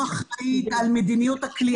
אחראית על מדיניות הכליאה של משטרת ישראל.